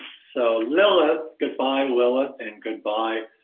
so leyla, goodbye, leyla and goodbye,